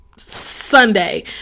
Sunday